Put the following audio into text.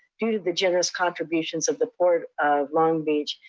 due to the generous contributions of the port of long beach,